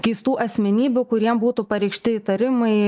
keistų asmenybių kuriem būtų pareikšti įtarimai